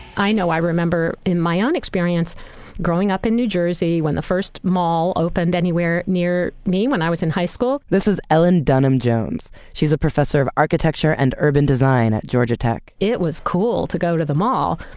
i know i remember in my own experience growing up in new jersey when the first mall opened anywhere near me when i was in high school this is ellen dunham jones. she's a professor of architecture and urban design at georgia tech it was cool to go to the mall,